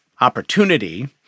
opportunity